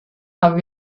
aber